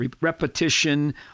repetition